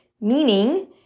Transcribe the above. meaning